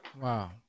Wow